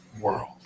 world